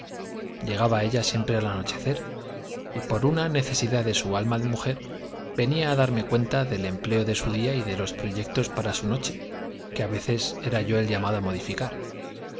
llegaba ella siempre al anochecer y por una necesidad de su alma de mujer venía á darme cuenta del empleo de su día y de los proyectos para su noche que á veces era yo el llamado á modificar